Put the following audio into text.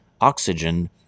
oxygen